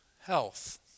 health